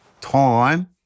time